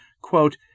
Quote